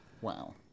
Wow